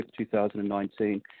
2019